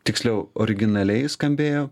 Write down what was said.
tiksliau originaliai skambėjo